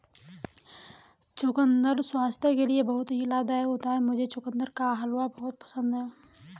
चुकंदर स्वास्थ्य के लिए बहुत ही लाभदायक होता है मुझे चुकंदर का हलवा बहुत पसंद है